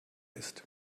ist